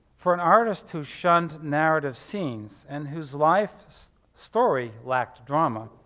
for an artist who shunned narrative scenes and whose life story lacked drama,